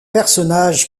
personnage